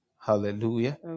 Hallelujah